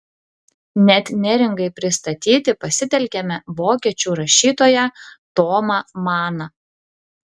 net neringai pristatyti pasitelkiame vokiečių rašytoją tomą maną